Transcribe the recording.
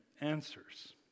answers